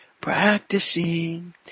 practicing